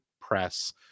press